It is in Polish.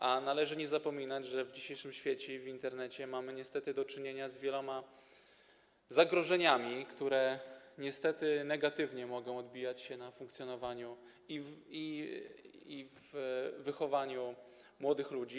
A nie należy zapominać, że w dzisiejszym świecie, w Internecie, mamy niestety do czynienia z wieloma zagrożeniami, które niestety negatywnie mogą odbijać się na funkcjonowaniu i wychowaniu młodych ludzi.